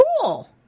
cool